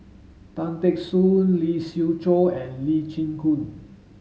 Tan Teck Soon Lee Siew Choh and Lee Chin Koon